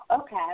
Okay